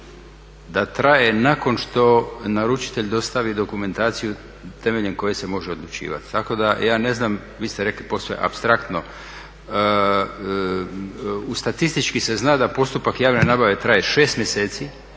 da traje nakon što naručitelj dostavi dokumentaciju temeljem koje se može odlučivati, tako da ja ne znam, vi ste rekli posve apstraktno. Statistički se zna da postupak javne nabave traje 6 mjeseci